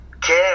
care